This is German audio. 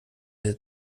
der